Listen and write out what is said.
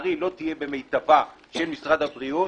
שלצערי לא תהיה במיטבה של משרד הבריאות,